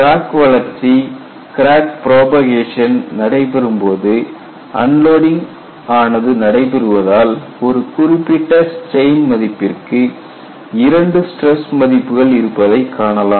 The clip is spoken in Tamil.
கிராக் வளர்ச்சி கிராக் புரோபகேஷன் நடைபெறும் போது அன்லோடிங் ஆனது நடைபெறுவதால் ஒரு குறிப்பிட்ட ஸ்ட்ரெயின் மதிப்பிற்கு இரண்டு ஸ்டிரஸ் மதிப்புகள் இருப்பதை காணலாம்